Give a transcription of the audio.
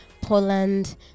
Poland